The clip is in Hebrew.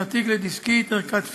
נרתיק לדיסקית, ערכת תפירה,